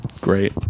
Great